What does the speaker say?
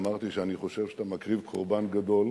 אמרתי שאני חושב שאתה מקריב קורבן גדול,